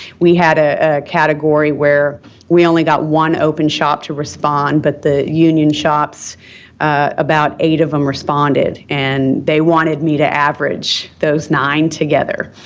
we had a category where we only got one open shop to respond, but the union shops about eight of them responded, and they wanted me to average those nine together,